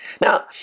Now